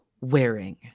wearing